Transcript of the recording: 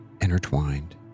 intertwined